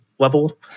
Level